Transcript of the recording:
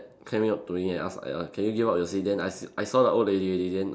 came up to me and ask uh can you give up your seat then I s~ I saw the old lady already then